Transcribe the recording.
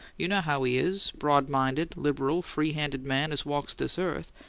you know how he is broad-minded, liberal, free-handed man as walks this earth,